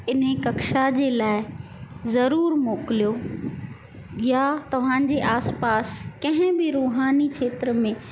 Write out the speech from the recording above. इन ई कक्षा जे लाइ ज़रूरु मोकिलियो या तव्हांजे आस पास कंहिं बि रूहानी खेत्र में